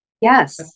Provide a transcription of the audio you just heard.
Yes